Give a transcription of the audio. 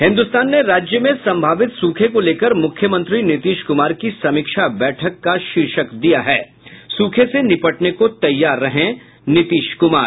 हिन्दुस्तान ने राज्य में संभावित सूखे को लेकर मुख्यमंत्री नीतीश कुमार की समीक्षा बैठक को शीर्षक दिया है सूखे से निपटने को तैयार रहें नीतीश कुमार